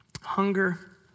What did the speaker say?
Hunger